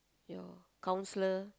your counsellor